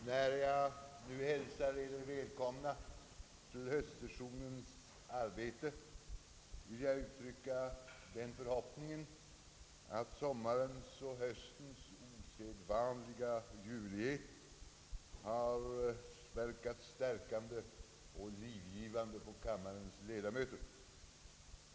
När jag nu hälsar Eder välkomna till höstsessionens arbete vill jag uttrycka den förhoppningen att sommarens och höstens osedvanliga ljuvlighet har verkat stärkande och livgivande på kammarens ledamöter.